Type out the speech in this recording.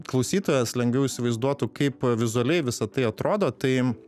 klausytojas lengviau įsivaizduotų kaip vizualiai visa tai atrodo tai